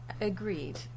Agreed